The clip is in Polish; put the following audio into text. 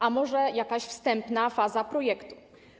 A może jakaś wstępna faza projektu?